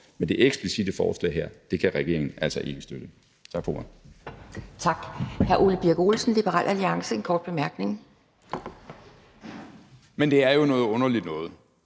Men det konkrete forslag her kan regeringen altså ikke støtte.